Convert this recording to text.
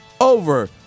over